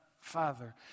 father